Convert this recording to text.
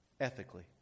Ethically